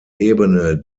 ebene